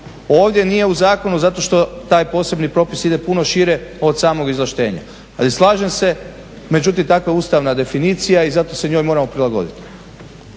Ovdje nije u zakonu zato što taj posebni propis ide puno šire od samog izvlaštenja, ali slažem se međutim takva je ustavna definicija i zato se njoj moramo prilagoditi.